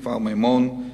כפר-מימון,